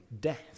death